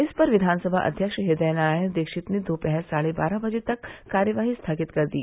इस पर विधानसभा अध्यक्ष हृदय नारायण दीक्षित ने दोपहर साढ़े बारह बजे तक कार्यवाही स्थगित कर दी